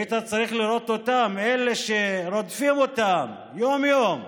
היית צריך לראות אותם, אלה שרודפים אותם יום-יום,